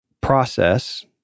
process